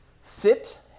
sit